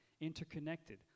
interconnected